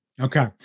Okay